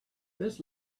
this